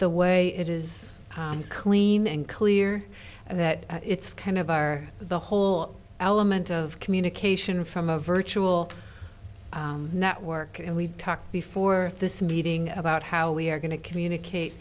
the way it is clean and clear that it's kind of our the whole element of communication from a virtual network and we've talked before this meeting about how we're going to communicate